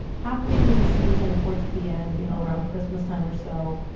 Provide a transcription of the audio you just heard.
halfway through the season, towards the end, you know, around christmastime or so,